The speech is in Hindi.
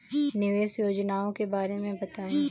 निवेश योजनाओं के बारे में बताएँ?